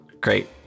Great